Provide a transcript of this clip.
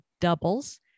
doubles